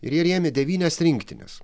ir jie rėmė devynias rinktines